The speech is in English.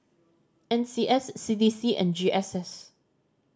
N C S C D C and G S S